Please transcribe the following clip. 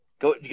go